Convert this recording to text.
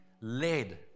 led